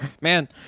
Man